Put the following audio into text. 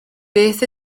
beth